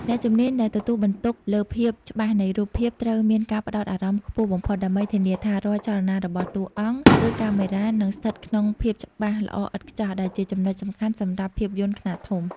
អ្នកជំនាញដែលទទួលបន្ទុកលើភាពច្បាស់នៃរូបភាពត្រូវមានការផ្ដោតអារម្មណ៍ខ្ពស់បំផុត ដើម្បីធានាថារាល់ចលនារបស់តួអង្គ ឬកាមេរ៉ានឹងស្ថិតក្នុងភាពច្បាស់ល្អឥតខ្ចោះ ដែលជាចំណុចសំខាន់សម្រាប់ភាពយន្តខ្នាតធំ។